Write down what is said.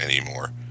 anymore